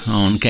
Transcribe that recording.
on